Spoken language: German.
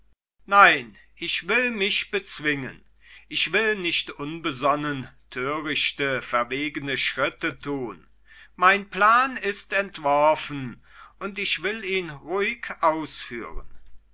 nein ich will mich bezwingen ich will nicht unbesonnen törichte verwegene schritte tun mein plan ist entworfen und ich will ihn ruhig ausführen